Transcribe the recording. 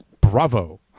Bravo